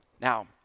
Now